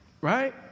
Right